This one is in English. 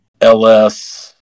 LS